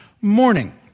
morning